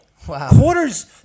Quarters –